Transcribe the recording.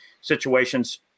situations